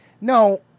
no